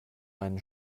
einen